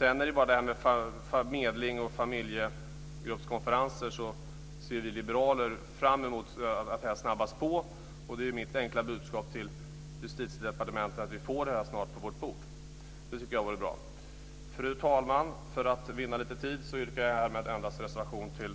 I fråga om medling och familjegruppskonferenser ser vi liberaler fram mot att det snabbas på. Mitt enkla budskap till Justitiedepartementet är att vi snart ska få det här på vårt bord. Det vore bra. Fru talman! För att vinna lite tid yrkar jag härmed bifall endast till